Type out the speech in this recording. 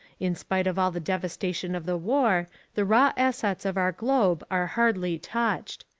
in spite of all the devastation of the war the raw assets of our globe are hardly touched.